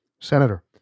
Senator